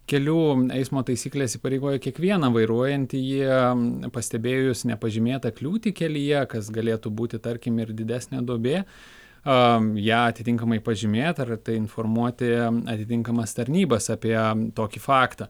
kelių eismo taisyklės įpareigoja kiekvieną vairuojantį jie pastebėjus nepažymėtą kliūtį kelyje kas galėtų būti tarkim ir didesnė duobė ją atitinkamai pažymėt ar tai informuoti atitinkamas tarnybas apie tokį faktą